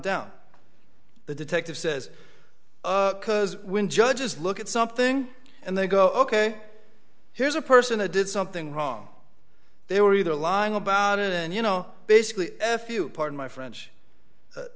down the detective says because when judges look at something and they go ok here's a person a did something wrong they were either lying about it and you know basically if you pardon my french